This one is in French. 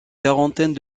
quarantaine